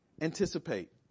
anticipate